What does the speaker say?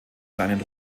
kleinen